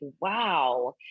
wow